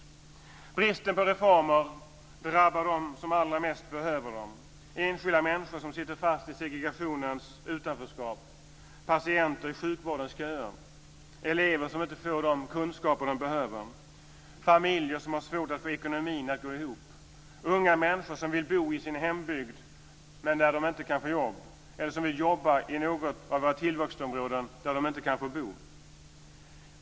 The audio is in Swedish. Bristen på reformer drabbar dem som allra mest behöver dem - enskilda människor som sitter fast i segregationens utanförskap; patienter i sjukvårdens köer; elever som inte får de kunskaper de behöver; familjer som har svårt att få ekonomin att gå ihop; unga människor som vill bo i sin hembygd men där de inte kan få jobb eller som vill jobba i något av våra tillväxtområden men där de inte kan få bo.